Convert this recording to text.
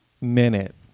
minute